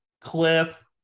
Cliff